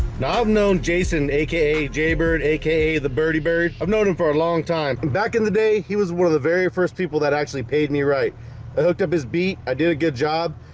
now i've known jason aka jay bird aka the birdie bird i've known him for a long time back in the day he was one of the very first people that actually paid me right i hooked up his beat i did a good job,